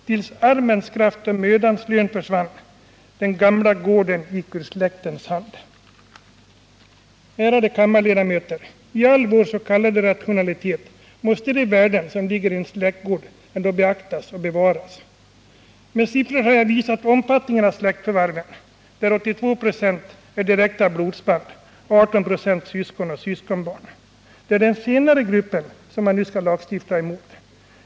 Tills armens kraft och mödans lön försvann Ärade kammarledamöter! I all vår s.k. rationalitet måste de värden som ligger i en släktgård ändå beaktas och bevaras. Med siffror har jag visat omfattningen av släktförvärven, där 82 96 gäller personer med direkta blodsband och 18 96 syskon och syskonbarn. Det är den senare gruppen som man nu skall lagstifta emot.